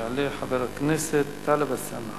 יעלה חבר הכנסת טלב אלסאנע.